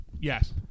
Yes